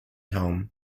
home